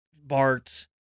Bart